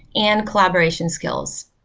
and collaboration skills.